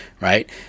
right